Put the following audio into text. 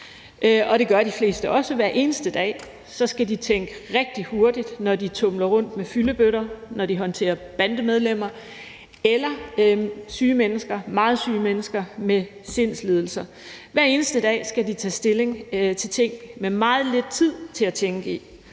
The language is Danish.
og det gør de fleste også. Hver eneste dag skal de tænke rigtig hurtigt, når de tumler rundt med fyldebøtter, og når de håndterer bandemedlemmer eller meget syge mennesker med sindslidelser. Hver eneste dag skal de tage stilling til ting med meget lidt tid til at tænke i